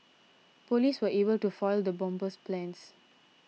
police were able to foil the bomber's plans